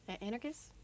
anarchist